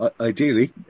ideally